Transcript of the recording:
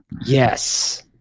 Yes